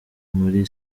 muri